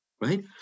right